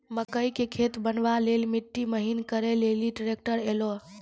मकई के खेत बनवा ले ली मिट्टी महीन करे ले ली ट्रैक्टर ऐलो?